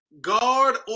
guard